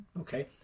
okay